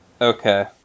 Okay